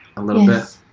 a little bit. yes.